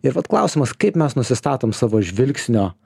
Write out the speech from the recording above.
ir vat klausimas kaip mes nusistatom savo žvilgsnio